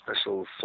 special